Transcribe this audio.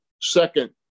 second –